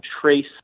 trace